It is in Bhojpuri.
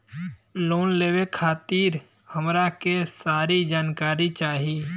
लोन लेवे खातीर हमरा के सारी जानकारी चाही?